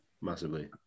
massively